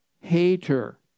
hater